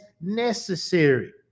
necessary